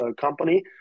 company